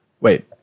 Wait